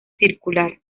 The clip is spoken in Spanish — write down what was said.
circular